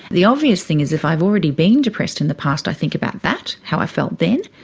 the obvious thing is if i've already been depressed in the past i think about that, how i felt then.